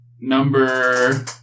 number